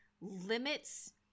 limits